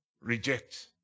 reject